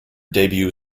debut